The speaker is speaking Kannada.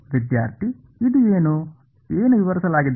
ವಿದ್ಯಾರ್ಥಿ ಇದು ಏನು ಏನು ವಿವರಿಸಲಾಗಿದೆ